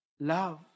love